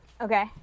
okay